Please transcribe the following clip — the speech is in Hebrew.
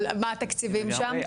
אבל מה התקצבים שם?